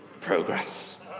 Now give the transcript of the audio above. Progress